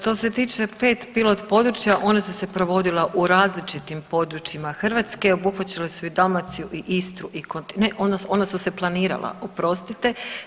Što se tiče 5 pilot područja one su se provodile u različitim područjima Hrvatske, obuhvaćale su i Dalmaciju i Istru i kontinent, ona su se planirala oprostite.